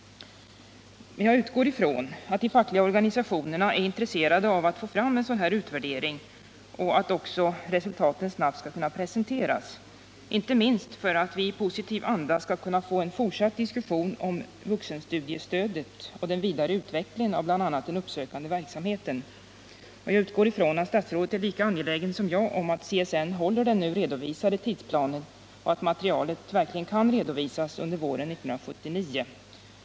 Jag utgår ifrån att de fackliga organisationerna är intresserade av att få fram en sådan utvärdering och att resultaten snabbt skall kunna presenteras, inte minst för att vi i positiv anda skall kunna få en fortsatt diskussion om vuxenstudiestödet och den vidare utvecklingen av bl.a. den uppsökande verksamheten. Jag utgår också ifrån att statsrådet är lika angelägen som jag att CSN håller den nu angivna tidsplanen och att materialet verkligen kan redovisas under våren 1979.